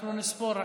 אנחנו נספור.